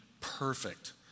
perfect